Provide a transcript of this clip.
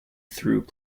through